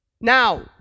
Now